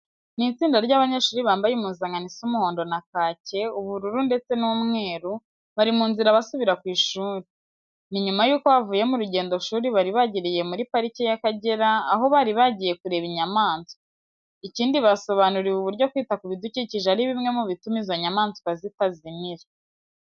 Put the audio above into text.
Ni itsinda ry'abanyeshuri bambaye impuzankano isa umuhondo na kake, ub ubururu ndetse n'umweru, bari mu nzira basubira ku ishuri. Ni nyuma yuko bavuye mu rugendoshuri bari bagiriye muri Parike y'Akagera, aho bari bagiye kureba inyamaswa. Ikindi, basobanuriwe uburyo kwita ku bidukikije ari bimwe mu bituma izo nyamaswa zitazimira.